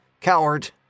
coward